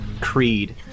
creed